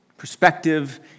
Perspective